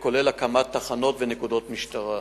כולל הקמת תחנות ונקודות של משטרה.